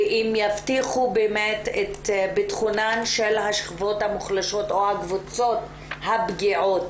ואם יבטיחו באמת את בטחונן של השכבות המוחלשות או הקבוצות הפגיעות